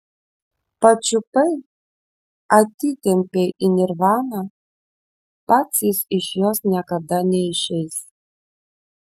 pačiupai atitempei į nirvaną pats jis iš jos niekada neišeis